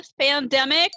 pandemic